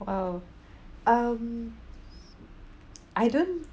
!wow! um I don't